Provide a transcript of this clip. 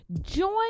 Join